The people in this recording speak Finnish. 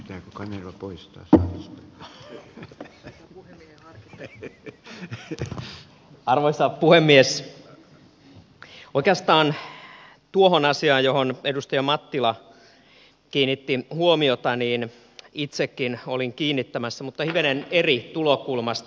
kirkonmenot pois ja mitä oli ja oikeastaan tuohon asiaan johon edustaja mattila kiinnitti huomiota itsekin olin kiinnittämässä mutta hivenen eri tulokulmasta